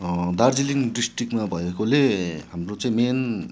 दार्जिलिङ डिस्ट्रिक्टमा भएकोले हाम्रो चाहिँ मेन